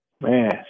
Man